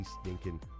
stinking